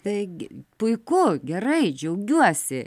taigi puiku gerai džiaugiuosi